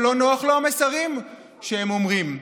ולא נוחים לו המסרים שהם אומרים.